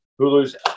Hulu's